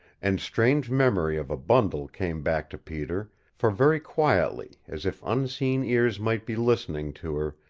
and strange memory of a bundle came back to peter, for very quietly, as if unseen ears might be listening to her,